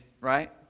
right